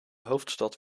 hoofdstad